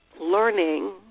learning